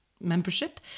membership